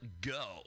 go